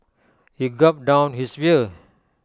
he gulped down his beer